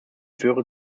führe